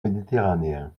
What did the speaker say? méditerranéen